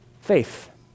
faith